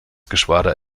geschwader